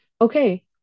Okay